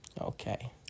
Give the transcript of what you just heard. Okay